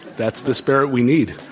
that's the spirit we need.